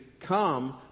Come